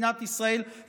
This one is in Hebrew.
ישראל,